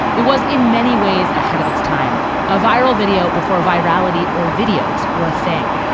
it was in many ways ahead of its time a viral video before virality or videos were a thing.